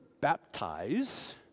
baptize